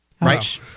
Right